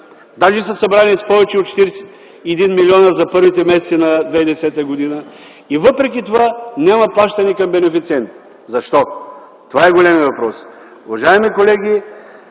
даже са събрани с повече от 41 млн. лв. за първите месеци на 2010 г. и въпреки това няма плащания към бенефициента. Защо? Това е големият въпрос. Уважаеми колеги,